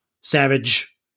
savage